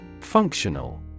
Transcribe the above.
Functional